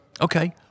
Okay